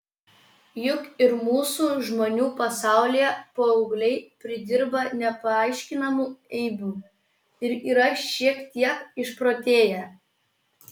juk ir mūsų žmonių pasaulyje paaugliai pridirba nepaaiškinamų eibių ir yra šiek tiek išprotėję